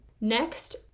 Next